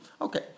Okay